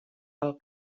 del